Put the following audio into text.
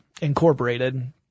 incorporated